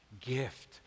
gift